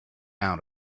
out